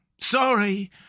Sorry